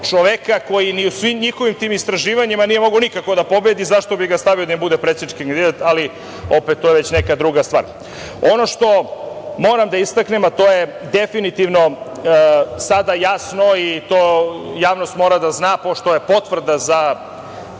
čoveka koji ni u svim njihovim istraživanjima nije mogao nikako da pobedi, zašto bi ga stavio da bude predsednički kandidat, ali, opet, to je već neka druga stvar. Ono što moram da istaknem, a to je definitivno sada jasno i to javnost mora da zna, pošto je potvrda za